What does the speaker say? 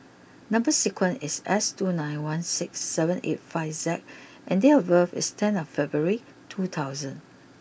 number sequence is S two nine one six seven eight five Z and date of birth is tenth February two thousand